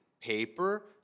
paper